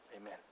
Amen